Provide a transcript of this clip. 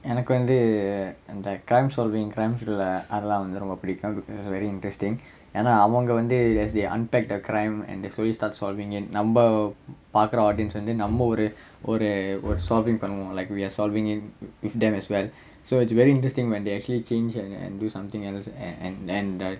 எனக்கு வந்து:enakku vanthu err அந்த:antha crime solving crimes thriller அதலாம் வந்து ரொம்ப பிடிக்கும்:athalaam romba pidikkum it's very interesting ஏன்னா அவங்க வந்து:yaennaa avanga vanthu they unpack their crime and there's always start solving it நம்ப பாக்குற:namba paakkura audience வந்து நம்ம ஒரு ஒரு ஒரு:vanthu namma oru oru oru solving பண்ணுவோம்:pannuvom like we're solving it with them as well so it's very interesting when they actually change and and do something else and and and the